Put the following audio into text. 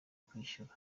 kwishyura